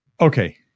Okay